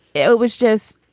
it was just